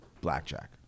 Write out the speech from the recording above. blackjack